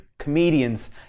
comedians